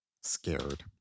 scared